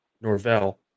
Norvell